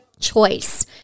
choice